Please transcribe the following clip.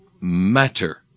matter